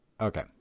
okay